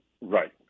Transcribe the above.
Right